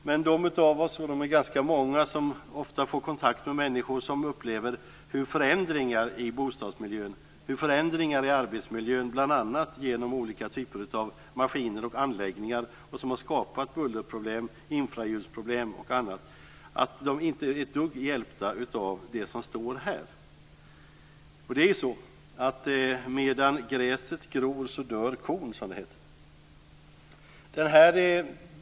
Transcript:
Men de av oss, vilket är ganska många, som ofta får kontakt med de människor som upplever förändringar i bostadsmiljön och förändringar i arbetsmiljön, bl.a. genom olika typer av maskiner och anläggningar som har skapat bullerproblem och infraljudsproblem och annat, vet att de inte är ett dugg hjälpta av det som står här. Man brukar säga att medan gräset gror dör kon.